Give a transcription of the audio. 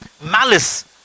Malice